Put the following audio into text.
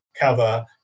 cover